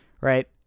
right